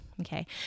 Okay